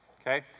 okay